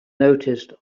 noticed